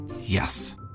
Yes